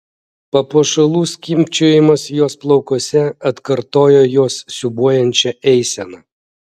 papuošalų skimbčiojimas jos plaukuose atkartojo jos siūbuojančią eiseną